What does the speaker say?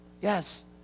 Yes